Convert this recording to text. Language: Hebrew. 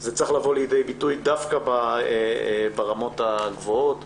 זה צריך לבוא לידי ביטוי דווקא ברמות הגבוהות.